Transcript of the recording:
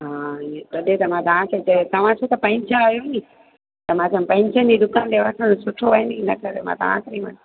हा ईअं तॾहिं त मां तव्हांखे चए तव्हांखे पंहिंजा आहियो नी त मां चयमि पंहिंजनि ई दुकान ते वठणु सुठो आहे नी इन करे तव्हांखे ई मां